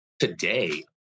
today